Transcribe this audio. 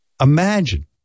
imagine